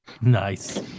nice